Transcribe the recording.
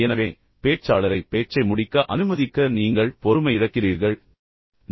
எனவே பேச்சாளரை பேச்சை முடிக்க அனுமதிக்க நீங்கள் பொறுமையிழக்கிறீர்கள் நீங்கள் குதிக்கிறீர்கள்